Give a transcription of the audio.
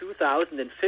2015